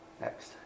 Next